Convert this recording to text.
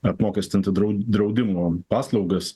apmokestinti drau draudimo paslaugas